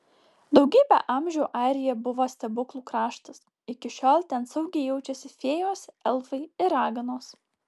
daugybę amžių airija buvo stebuklų kraštas iki šiol ten saugiai jaučiasi fėjos elfai ir raganos